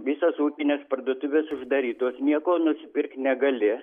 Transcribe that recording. visos ūkinės parduotuvės uždarytos nieko nusipirkt negali